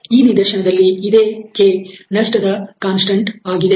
ಈ ನಿದರ್ಶನದಲ್ಲಿ ಇದೇ ನಷ್ಟದ ಕಾನ್ಸ್ಟಂಟ್ ಆಗಿದೆ